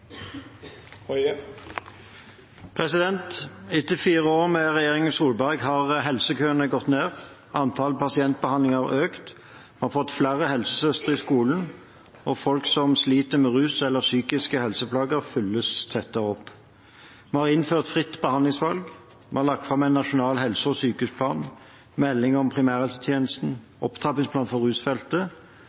først. Etter fire år med regjeringen Solberg har helsekøene gått ned, antall pasientbehandlinger har økt, vi har fått flere helsesøstre i skolen, og folk som sliter med rus eller psykiske helseplager, følges tettere opp. Vi har innført fritt behandlingsvalg. Vi har lagt fram en nasjonal helse- og sykehusplan, melding om primærhelsetjenesten, opptrappingsplan for rusfeltet,